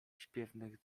śpiewnych